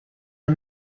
are